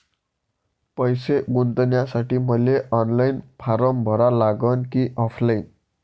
पैसे गुंतन्यासाठी मले ऑनलाईन फारम भरा लागन की ऑफलाईन?